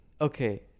Okay